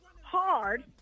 hard